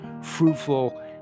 Fruitful